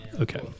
Okay